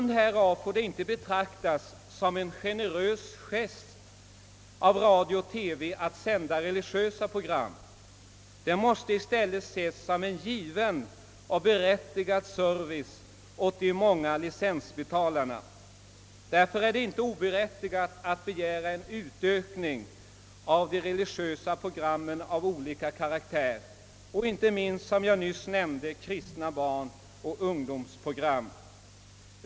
Därför får det inte betraktas som en generös gest av radio—TV att sända religiösa program. Det måste i stället ses som en given och berättigad service åt de många licensbetalarna. Det är inte oberättigat att begära en utökning av de religiösa programmen av olika karaktär och inte minst, som jag nyss nämnde, kristna barnoch ungdomsprogram.